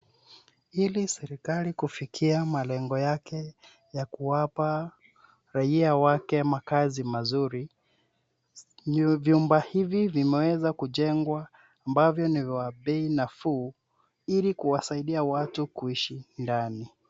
Ili serikali kufikia malengo yake ya kuwapa raia wake makazi mazuri ,vyumba hivi vimewezwa kujengwa ambavyo ni vya bei nafuu ili kuwasaidia watu kuishi ndani.